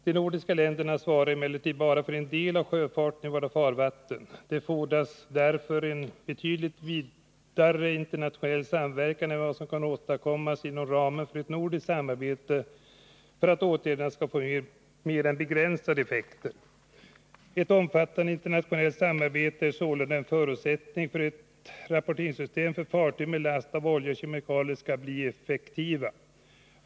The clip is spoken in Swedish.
De nordiska länderna svarar emellertid bara för en del av sjöfarten i våra farvatten. Det fordras därför en betydligt vidare internationell samverkan än vad som kan åstadkommas inom ramen för ett nordiskt samarbete om åtgärderna skall få mer än begränsade effekter. Ett omfattande internationellt samarbete är sålunda en förutsättning för att rapporteringssystem för fartyg med last av olja och kemikalier skall bli effektiva.